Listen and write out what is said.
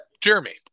Jeremy